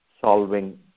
solving